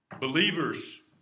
Believers